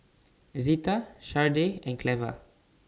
Zita Shardae and Cleva